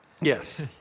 Yes